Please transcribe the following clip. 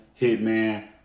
Hitman